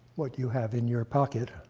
what you have in your pocket.